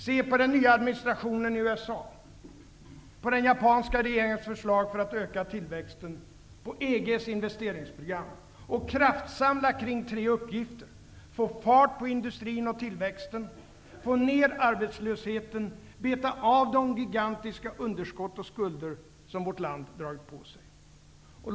Se på den nya administrationen i USA, på den japanska regeringens förslag för att öka tillväxten och på EG:s investeringsprogram. Kraftsamla kring tre uppgifter: -- få fart på industrin och tillväxten -- få ned arbetslösheten -- beta av de gigantiska underskott och skulder som vårt land dragit på sig.